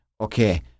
okay